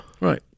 Right